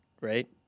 right